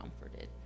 comforted